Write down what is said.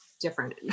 different